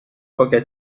پاکت